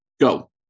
Go